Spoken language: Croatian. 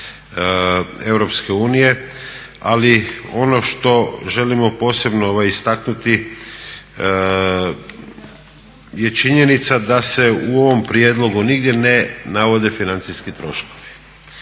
Europske unije. Ali ono što što želimo posebno istaknuti je činjenica da se u ovom prijedlogu nigdje ne navode financijski troškovi